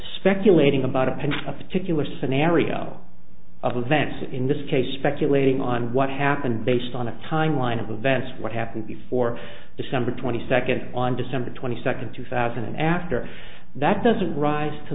speculating about a particular scenario of events in this case speculating on what happened based on a timeline of events what happened before december twenty second on december twenty second two thousand and after that doesn't rise to